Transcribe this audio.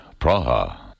Praha